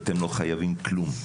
אתן לא חייבות כלום,